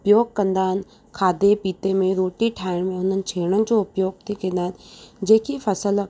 उपयोगु कंदा आहिनि खाधे पीते में रोटी ठाहिण में उन्हनि छेणनि जो उपयोगु थी केंदा आहिनि जेकी फसल